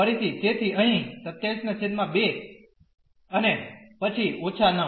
ફરીથી તેથી અહીં 272 અને પછી −9